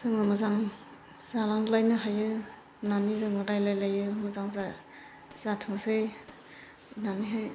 जोङो मोजां जालांलायनो हायो होननानै जोङो रायज्लायलायो मोजां जाथोंसै होननानैहाय